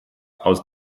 aus